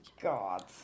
god